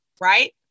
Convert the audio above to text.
right